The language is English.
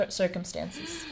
circumstances